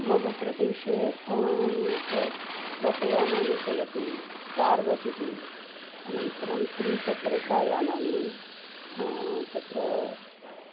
मम प्रदेशे अत्र बसयानानि चलति स्टार् बस् इति अनन्तरं त्रिचक्रिकायानानि तत्र